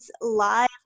live